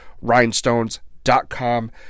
rhinestones.com